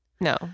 No